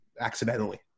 accidentally